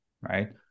right